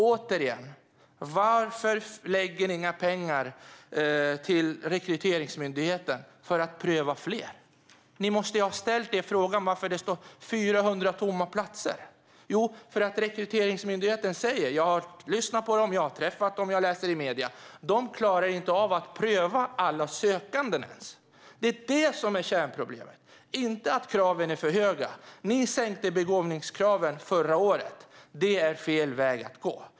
Återigen: Varför lägger ni inga pengar på Rekryteringsmyndigheten så att man kan pröva fler? Ni måste ha ställt er frågan varför det står 400 platser tomma. Jag har lyssnat på och träffat Rekryteringsmyndigheten och läst i medierna, och man säger att man inte klarar av att pröva alla sökande. Det är kärnproblemet, inte att kraven är för höga. Ni sänkte begåvningskraven förra året, och det är fel väg att gå.